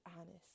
honest